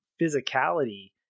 physicality